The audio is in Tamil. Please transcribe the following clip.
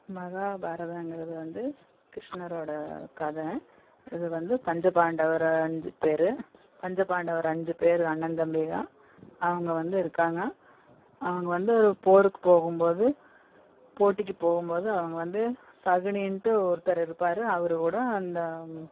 மகாபாரதங்கிறது வந்து கிருஷ்ணரோட கதை இது வந்து பஞ்ச பாண்டவர் அஞ்சு பேர் பஞ்ச பாண்டவர் அஞ்சு பேர் அண்ணன் தம்பி தான் அவங்க வந்து இருக்காங்க அவங்க வந்து ஒரு போருக்கு போகும்போது போட்டிக்கு போகும்போது அவங்க வந்து சகுனின்ட்டு ஒருத்தர் இருப்பார் அவரு கூட அந்த